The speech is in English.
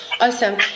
awesome